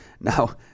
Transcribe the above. Now